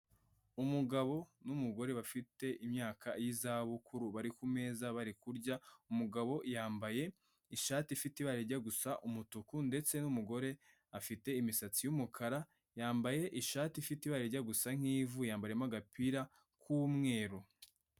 Umugabo n'umugore bafite imyaka y'izabukuru bari ku meza bari kurya, umugabo yambaye ishati ifite ibara rijya gusa umutuku, ndetse n'umugore afite imisatsi y'umukara, yambaye ishati ifite ibara rijya gusa nk'ivu, yambayemo agapira k'umweru.